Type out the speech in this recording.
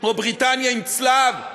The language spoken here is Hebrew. או בריטניה, עם צלב,